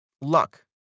luck